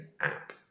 app